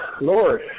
Lord